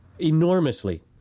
enormously